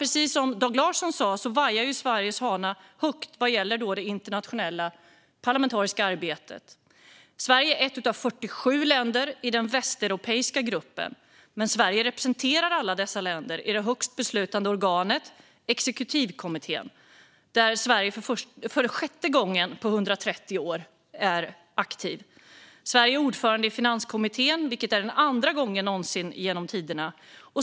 Precis som Dag Larsson sa vajar Sveriges fana högt vad gäller det internationella parlamentariska arbetet. Sverige är ett av 47 länder i den västeuropeiska gruppen, men Sverige representerar alla dessa länder i det högsta beslutande organet, exekutivkommittén, där Sverige nu för sjätte gången på 130 år är aktivt. Sverige är ordförande i finanskommittén, vilket är andra gången någonsin genom tiderna.